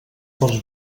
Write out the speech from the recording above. pels